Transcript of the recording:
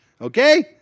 Okay